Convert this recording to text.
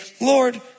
Lord